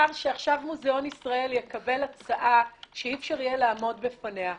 שעכשיו מוזיאון ישראל יקבל הצעה שאי-אפשר יהיה לעמוד בפניה,